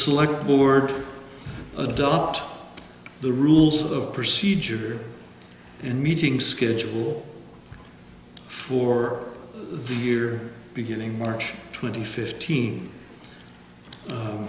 slug board adopt the rules of procedure in meeting schedule for the year beginning march twenty fifteen